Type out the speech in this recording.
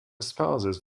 spouses